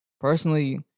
personally